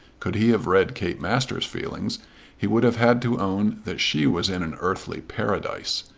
could he have read kate masters' feelings he would have had to own that she was in an earthly paradise.